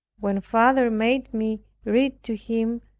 when father made me read to him,